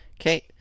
Okay